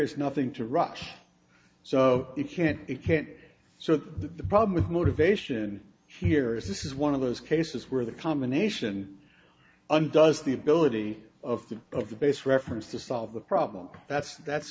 is nothing to rush so it can't it can't be so the problem with motivation here is this is one of those cases where the combination undoes the ability of the of the base reference to solve the problem that's that's